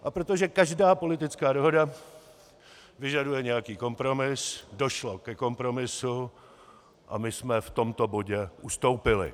A protože každá politická dohoda vyžaduje nějaký kompromis, došlo ke kompromisu a my jsme v tomto bodě ustoupili.